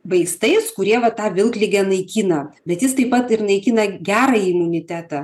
vaistais kurie va tą vilkligę naikina bet jis taip pat ir naikina gerąjį imunitetą